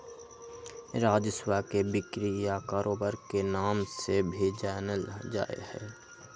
राजस्व के बिक्री या कारोबार के नाम से भी जानल जा हई